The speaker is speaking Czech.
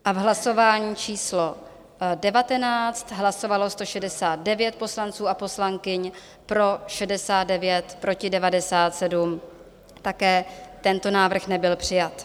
V hlasování číslo 19 hlasovalo 169 poslanců a poslankyň, pro 69, proti 97, také tento návrh nebyl přijat.